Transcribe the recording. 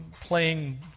playing